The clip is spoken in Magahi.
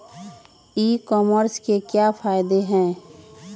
ई कॉमर्स के क्या फायदे हैं?